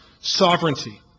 sovereignty